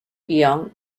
young